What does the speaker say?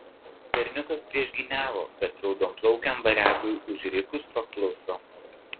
berniukas priešgyniavo bet raudonplaukiam variagui užrikus pakluso